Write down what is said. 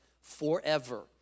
forever